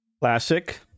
Classic